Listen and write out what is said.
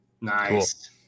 Nice